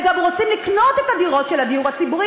הם גם רוצים לקנות את הדירות של הדיור הציבורי,